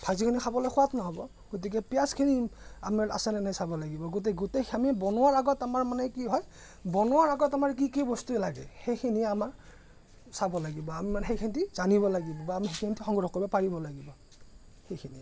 ভাজিখিনি খাবলৈ সোৱাদ নহ'ব গতিকে পিয়াঁজখিনি আমাৰ আছেনে নাই চাব লাগিব গোটেই গোটেই আমি বনোৱাৰ আগত আমাৰ মানে কি হয় বনোৱাৰ আগত আমাৰ কি কি বস্তু লাগে সেইখিনি আমাৰ চাব লাগিব আমি মানে সেইখিনি জানিব লাগিব বা আমি সেইখিনি সংগ্ৰহ কৰিব পাৰিব লাগিব সেইখিনিয়েই